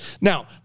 Now